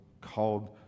called